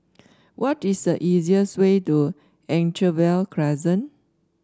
what is the easiest way to Anchorvale Crescent